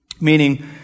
Meaning